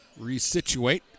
resituate